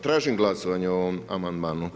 Tražim glasovanje o ovom amandmanu.